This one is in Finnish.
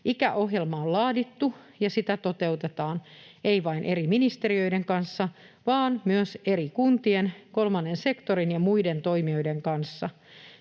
Ikäohjelma on laadittu, ja sitä toteutetaan ei vain eri ministeriöiden kanssa, vaan myös eri kuntien, kolmannen sektorin ja muiden toimijoiden kanssa.